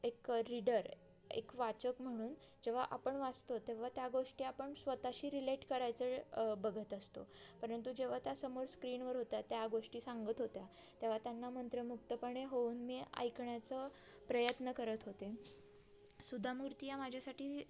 एक रीडर एक वाचक म्हणून जेव्हा आपण वाचतो तेव्हा त्या गोष्टी आपण स्वतःशी रिलेट करायचं बघत असतो परंतु जेव्हा त्या समोर स्क्रीनवर होत्या त्या गोष्टी सांगत होत्या तेव्हा त्यांना मंत्रमुग्धपणे होऊन मी ऐकण्याचं प्रयत्न करत होते सुधा मूर्ती या माझ्यासाठी